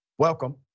Welcome